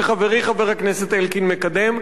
שחברי חבר הכנסת אלקין מקדם.